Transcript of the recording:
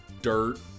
Dirt